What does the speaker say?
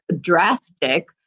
drastic